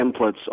templates